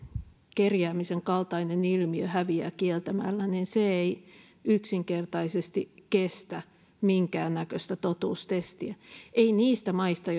kerjäämisen kaltainen ilmiö häviää kieltämällä ei yksinkertaisesti kestä minkäännäköistä totuustestiä ei niistä maista